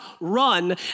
run